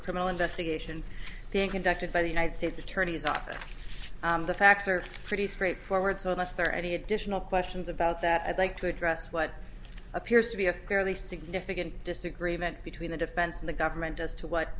a criminal investigation being conducted by the united states attorney's office the facts are pretty straightforward so unless there are any additional questions about that i'd like to address what appears to be a fairly significant disagreement between the defense and the government does to what